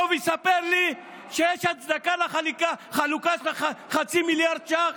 ויספר לי שיש הצדקה לחלוקה של חצי מיליארד ש"ח